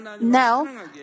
Now